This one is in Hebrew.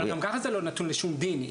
אבל גם ככה זה לא נתון לשום דין.